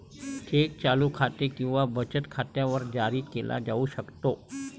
check चालू खाते किंवा बचत खात्यावर जारी केला जाऊ शकतो